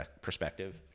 perspective